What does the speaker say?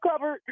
covered